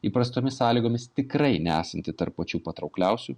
įprastomis sąlygomis tikrai nesanti tarp pačių patraukliausių